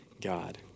God